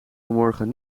vanmorgen